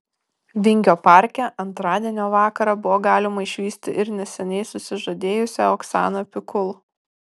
vingio parke antradienio vakarą buvo galima išvysti ir neseniai susižadėjusią oksaną pikul